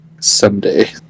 someday